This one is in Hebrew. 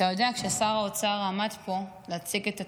אתה יודע, כששר האוצר עמד פה להציג את התקציב,